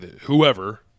Whoever